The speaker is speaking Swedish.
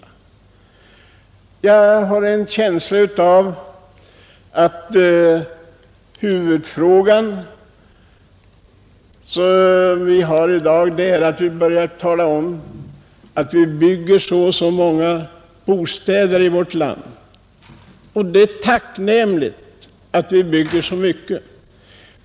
Jag har en känsla av att huvudfrågan i dag är att tala om att vi bygger så och så många bostäder i vårt land. Det är tacknämligt att vi bygger så mycket.